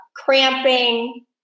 cramping